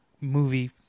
movie